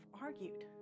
argued